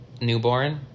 newborn